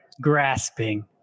Grasping